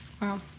Wow